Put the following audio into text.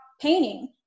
painting